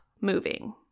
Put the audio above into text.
moving